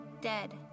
dead